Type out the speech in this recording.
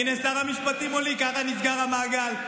הינה, שר המשפטים מולי, כך נסגר המעגל.